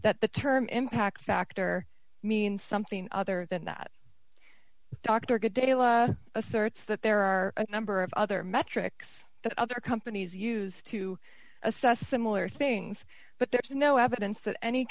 that the term impact factor means something other than that dr good data asserts that there are a number of other metrics that other companies use to assess similar things but there is no evidence that any